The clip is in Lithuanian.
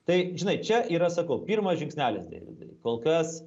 tai žinai čia yra sakau pirmas žingsnelis deividai kol kas